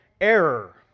error